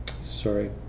sorry